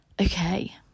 Okay